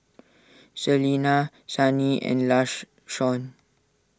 Celina Sunny and